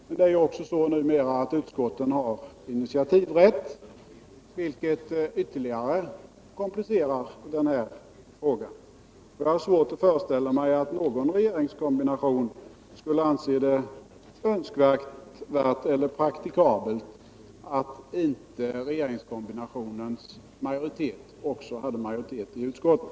Utskotten har ju numera också initiativrätt, vilket ytterligare komplicerar frågan. Jag har svårt att föreställa mig att någon regeringskombination skulle anse det önskvärt eller praktikabelt att regeringskombinationens majoritet inte också hade majoritet i utskotten.